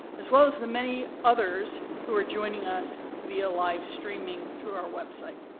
as well as the many others who are joining us via livestreaming through our website.